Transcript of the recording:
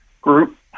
group